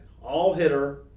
all-hitter